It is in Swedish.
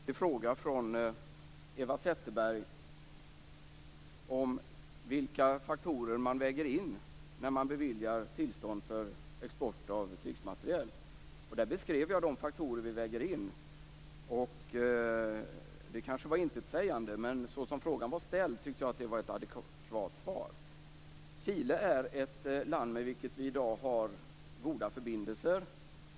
Herr talman! Jag fick en skriftlig fråga från Eva Zetterberg om vilka faktorer man väger in när man beviljar tillstånd för export av krigsmateriel. Jag beskrev de faktorer man väger in. Det kanske var intetsägande, men så som frågan var ställd tyckte jag att det var ett adekvat svar. Chile är ett land med vilket vi i dag har goda förbindelser.